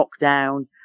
lockdown